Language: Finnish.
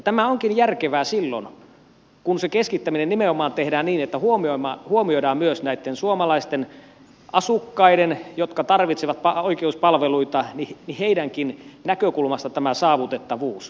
tämä onkin järkevää silloin kun se keskittäminen nimenomaan tehdään niin että huomioidaan myös näitten suomalaisten asukkaiden jotka tarvitsevat oikeuspalveluita näkökulmasta tämä saavutettavuus